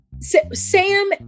Sam